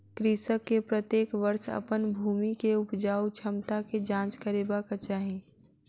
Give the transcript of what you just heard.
कृषक के प्रत्येक वर्ष अपन भूमि के उपजाऊ क्षमता के जांच करेबाक चाही